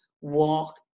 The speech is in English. walk